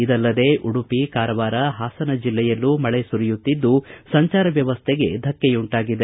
ಇದಲ್ಲದೆ ಉಡುಪಿ ಕಾರವಾರ ಹಾಸನ ಜಿಲ್ಲೆಯಲ್ಲೂ ಮಳೆ ಸುರಿಯುತ್ತಿದ್ದು ಸಂಚಾರ ವ್ಯವಸ್ಥೆಗೆ ಧಕ್ಕೆ ಉಂಟಾಗಿದೆ